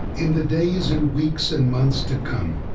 in the days and weeks and months to come,